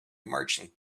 marching